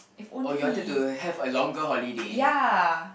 oh you wanted to have a longer holiday